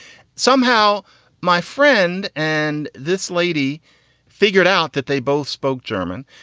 somehow my friend and this lady figured out that they both spoke german.